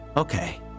Okay